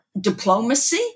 diplomacy